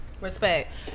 Respect